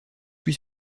plus